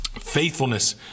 faithfulness